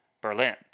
Berlin